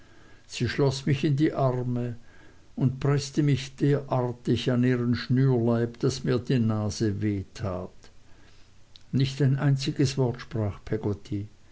sie schloß mich in die arme und preßte mich derartig an ihren schnürleib daß mir die nase wehtat nicht ein einziges wort sprach